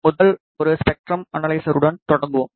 முதல் ஒரு ஸ்பெக்ட்ரம் அனலைசருடன் தொடங்குவோம்